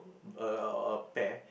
uh or pair